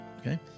okay